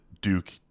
Duke